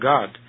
God